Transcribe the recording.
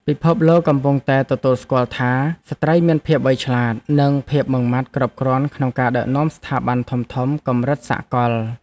ពិភពលោកកំពុងតែទទួលស្គាល់ថាស្ត្រីមានភាពវៃឆ្លាត និងភាពម៉ឺងម៉ាត់គ្រប់គ្រាន់ក្នុងការដឹកនាំស្ថាប័នធំៗកម្រិតសកល។